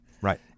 Right